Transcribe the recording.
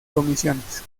comisiones